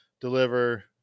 deliver